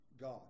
God